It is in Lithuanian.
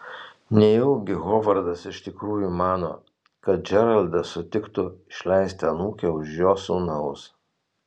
nejaugi hovardas iš tikrųjų mano kad džeraldas sutiktų išleisti anūkę už jo sūnaus